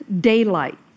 daylight